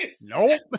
Nope